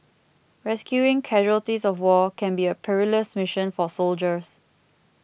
rescuing casualties of war can be a perilous mission for soldiers